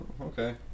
Okay